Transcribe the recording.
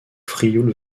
frioul